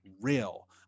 real